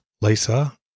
Lisa